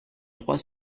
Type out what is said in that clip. trois